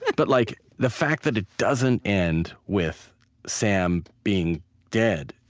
but like the fact that it doesn't end with sam being dead.